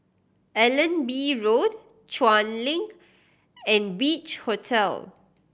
Allenby Road Chuan Link and Beach Hotel